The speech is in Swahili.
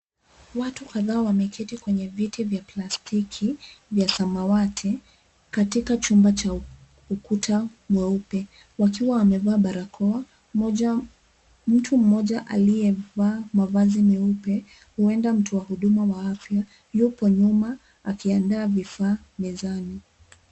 Watu kadhaa wameketi kwenye viti vya plastiki vya samawati katika chumba cha ukuta mweupe wakiwa wamevaa barakoa. Mtu mmoja aliyevaa mavazi meupe, huenda mtu wa huduma wa afya yupo nyuma akiandaa vifaa mezani.